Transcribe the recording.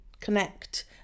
connect